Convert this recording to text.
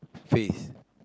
face